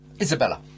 Isabella